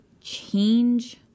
change